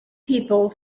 people